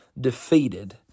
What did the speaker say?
defeated